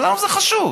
לנו זה חשוב.